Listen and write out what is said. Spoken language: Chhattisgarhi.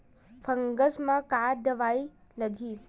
फंगस म का दवाई लगी?